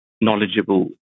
knowledgeable